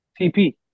TP